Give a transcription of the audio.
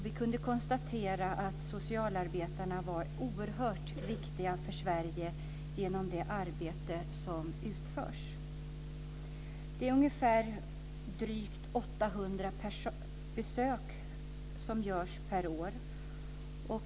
Vi kunde konstatera att socialarbetarna var oerhört viktiga för Sverige genom det arbete de utför. De har drygt 800 besök per år.